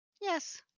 Yes